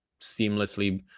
seamlessly